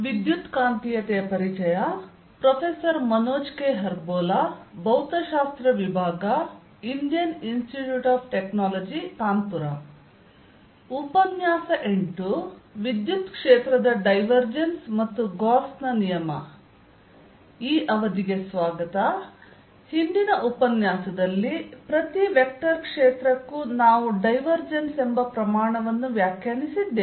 ವಿದ್ಯುತ್ ಕ್ಷೇತ್ರದ ಡೈವರ್ಜೆನ್ಸ್ ಮತ್ತು ಗಾಸ್ ನ ನಿಯಮ ಹಿಂದಿನ ಉಪನ್ಯಾಸದಲ್ಲಿ ಪ್ರತಿ ವೆಕ್ಟರ್ ಕ್ಷೇತ್ರಕ್ಕೂ ನಾವು ಡೈವರ್ಜೆನ್ಸ್ ಎಂಬ ಪ್ರಮಾಣವನ್ನು ವ್ಯಾಖ್ಯಾನಿಸಿದ್ದೇವೆ